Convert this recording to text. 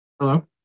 hello